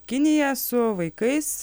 kinija su vaikais